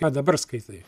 ką dabar skaitai